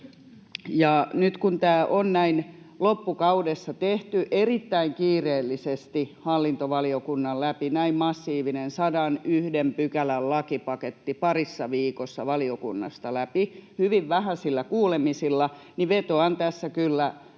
Nyt kun tämä on näin loppukaudesta tehty erittäin kiireellisesti hallintovaliokunnan läpi, näin massiivinen 101 pykälän lakipaketti parissa viikossa valiokunnasta läpi hyvin vähäisillä kuulemisilla, niin vetoan tässä kyllä